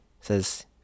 says